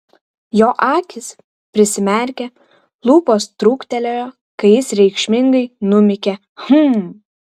jo akys prisimerkė lūpos truktelėjo kai jis reikšmingai numykė hm